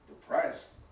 Depressed